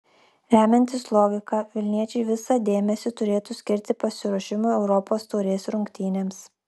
remiantis logika vilniečiai visą dėmesį turėtų skirti pasiruošimui europos taurės rungtynėms